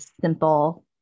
simple